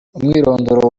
umwirondoro